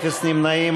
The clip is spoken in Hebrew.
אפס נמנעים.